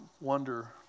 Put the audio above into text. wonder